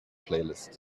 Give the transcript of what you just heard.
playlist